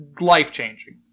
Life-changing